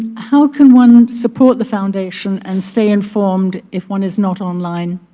how can one support the foundation and stay informed if one is not online?